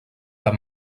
cap